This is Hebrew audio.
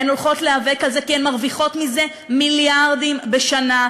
הן הולכות להיאבק על זה כי הן מרוויחות מזה מיליארדים בשנה,